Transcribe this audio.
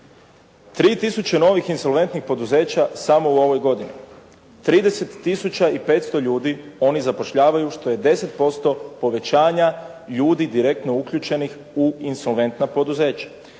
3000 novih insolventnih poduzeća samo u ovoj godini. 30 tisuća i 500 ljudi oni zapošljavaju, što je 10% povećanja ljudi direktno uključenih u insolventna poduzeća.